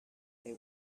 they